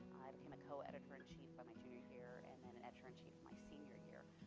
i became a co-editor-in-chief by my junior year, and then editor-in-chief my senior year,